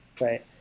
right